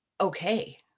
okay